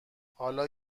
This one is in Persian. حالا